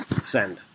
send